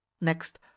next